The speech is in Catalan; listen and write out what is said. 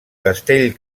castell